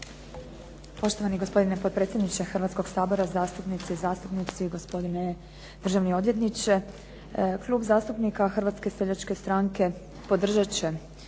Poštovani gospodine potpredsjedniče Hrvatskoga sabora, zastupnice i zastupnici, gospodine državni odvjetniče. Klub zastupnika Hrvatske seljačke stranke podržat će